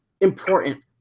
important